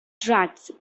tracts